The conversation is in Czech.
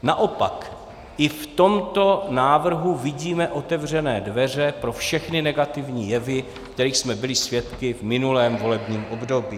Naopak i v tomto návrhu vidíme otevřené dveře pro všechny negativní jevy, kterých jsme byli svědky v minulém volebním období.